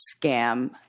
scam